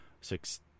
six